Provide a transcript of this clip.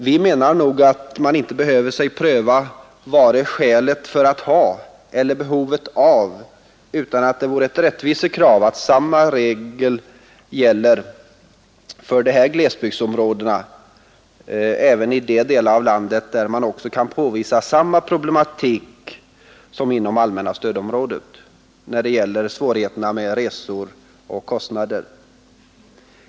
Vi menar att man inte behöver pröva vare sig skälet för eller behovet av, utan att det är ett rättvisekrav att samma regel gäller för glesbygdsområdena även i de delar av landet där man kan påvisa att man har samma problematik som inom allmänna stödområdet när det gäller svårigheter med resor och kostnader.